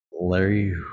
Larry